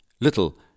Little